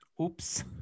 oops